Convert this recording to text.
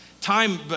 Time